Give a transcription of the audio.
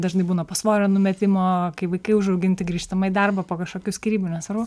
dažnai būna po svorio numetimo kai vaikai užauginti grįžtama į darbą po kažkokių skyrybų nesvarbu